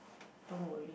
don't worry